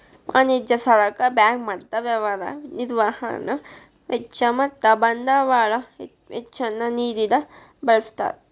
ವಾಣಿಜ್ಯ ಸಾಲಕ್ಕ ಬ್ಯಾಂಕ್ ಮತ್ತ ವ್ಯವಹಾರ ನಿರ್ವಹಣಾ ವೆಚ್ಚ ಮತ್ತ ಬಂಡವಾಳ ವೆಚ್ಚ ನ್ನ ನಿಧಿಗ ಬಳ್ಸ್ತಾರ್